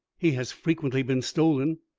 he has frequently been stolen,